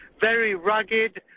very rugged,